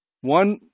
One